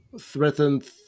threatened